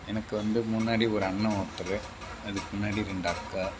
எனக்கு வந்து முன்னாடி ஒரு அண்ணன் ஒருத்தர் அதுக்கு முன்னாடி ரெண்டு அக்கா